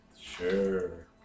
Sure